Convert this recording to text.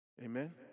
Amen